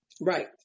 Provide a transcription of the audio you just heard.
Right